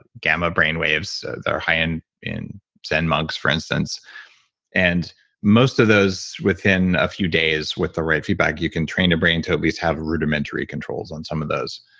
gamma brain waves that are high and in zen monks, for instance and most of those within a few days with the right feedback, you can train the brain to at least have rudimentary controls on some of those,